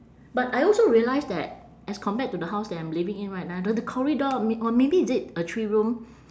but I also realise that as compared to the house that I'm living in right now the the corridor m~ or maybe is it a three room